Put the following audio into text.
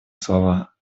слова